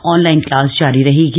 online class जारी रहेगी